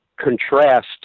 contrast